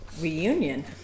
reunion